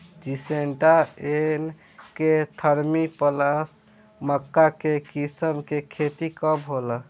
Syngenta NK thirty plus मक्का के किस्म के खेती कब होला?